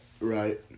Right